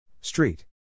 Street